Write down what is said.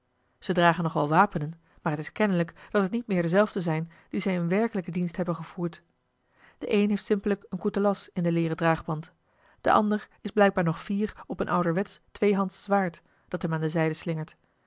ze dragen nog wel wapenen maar t is kennelijk dat het niet meer dezelfde zijn die zij in werkelijken dienst hebben gevoerd de een heeft simpelijk een coetelas in den leeren draagband de ander is blijkbaar nog fier op een ouderwetsch tweehands zwaard dat hem aan de zijde slingert